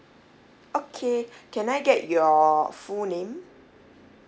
okay can I get your full name